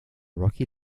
rocky